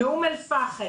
מאום אל פחם,